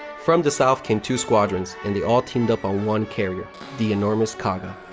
from the south came two squadrons and they all teamed up on one carrier the enormous kaga.